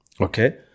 Okay